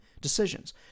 decisions